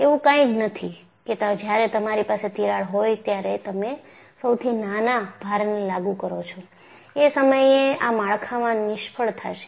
એવું કાંઈ નથી કે જ્યારે તમારી પાસે તિરાડ હોય ત્યારે તમે સૌથી નાના ભારને લાગુ કરો છો એ સમયે આ માળખાં નિષ્ફળ થાશે